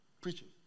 preaching